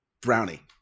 brownie